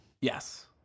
Yes